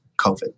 COVID